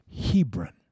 Hebron